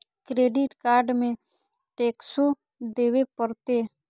Credit card में टेक्सो देवे परते?